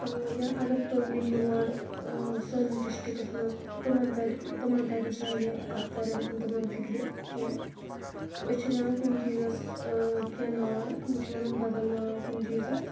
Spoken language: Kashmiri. یا اگر تِم یِن یور سٲنِس ڈسٹرکس منٛز تِمن ترِ تِمن ترِ نہٕ سانہِ کتھٕ ترن نہٕ تِمن فِکرِ کینٛہہ أسۍ چھِ ونان کُنہِ چیٖزس کینٛہہ ناو تِم چھِ ونان بدل ناو کُنہِ چیٖزس